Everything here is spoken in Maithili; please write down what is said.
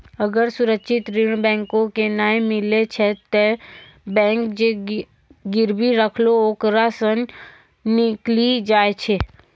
अगर सुरक्षित ऋण बैंको के नाय मिलै छै तै बैंक जे गिरबी रखलो ओकरा सं निकली जाय छै